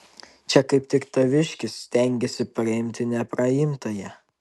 čia kaip tik taviškis stengiasi praimti nepraimtąją